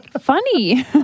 Funny